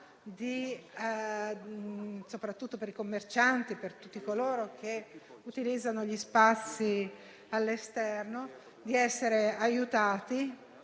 soprattutto ai commercianti e a tutti coloro che utilizzano spazi esterni, di essere aiutati